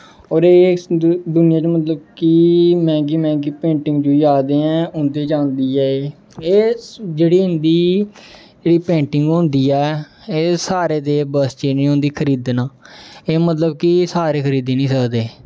ओह्दे दूनिया दी मतलब कि मैहंगी मैहंगी पेंटिंग आ दी ऐ उं'दे च औंदी ऐ एह् एह् जेह्ड़ी इं'दी एह् जेह्ड़ी पेंटिंग होंदी ऐ एह् सारे दे बस च निं होंदी खरीदना एह् मतलब कि सारे खरीदी निं सकदे